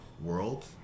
world